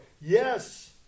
Yes